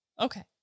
Okay